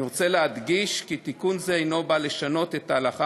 אני רוצה להדגיש כי תיקון זה אינו בא לשנות את ההלכה